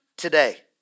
today